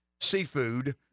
seafood